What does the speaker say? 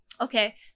Okay